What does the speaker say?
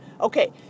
Okay